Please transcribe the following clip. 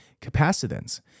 capacitance